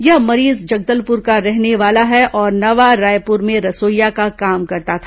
यह मरीज जगदलपुर का रहने वाला है और नवा रायपुर में रसोईया का काम करता था